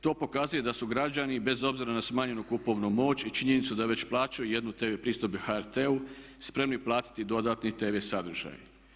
To pokazuje da su građani bez obzira na smanjenu kupovnu moć i činjenicu da već plaćaju jednu tv pristojbu HRT-u spremni platiti i dodatni tv sadržaj.